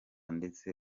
ndetse